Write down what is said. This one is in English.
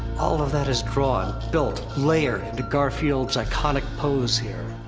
all of that is drawn, built, layered into garfield's iconic pose here.